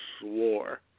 swore